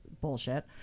bullshit